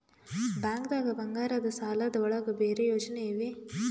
ಬ್ಯಾಂಕ್ದಾಗ ಬಂಗಾರದ್ ಸಾಲದ್ ಒಳಗ್ ಬೇರೆ ಯೋಜನೆ ಇವೆ?